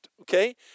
Okay